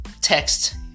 Text